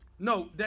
No